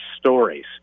stories